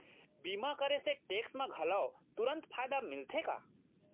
बीमा करे से टेक्स मा घलव तुरंत फायदा मिलथे का?